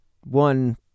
one